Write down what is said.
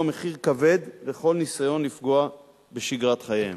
מחיר כבד לכל ניסיון לפגוע בשגרת חייהם.